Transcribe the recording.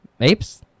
Apes